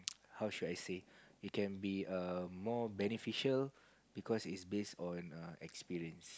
how should I say it can be err more beneficial because is base on experience